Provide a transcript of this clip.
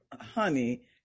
honey